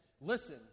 listen